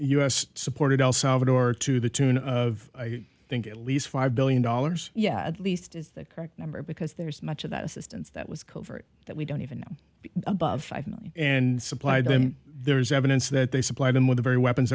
s supported el salvador to the tune of i think at least five billion dollars yeah at least is the correct number because there's much of that assistance that was covert that we don't even above five million and supply them there's evidence that they supply them with a very weapons